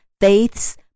faiths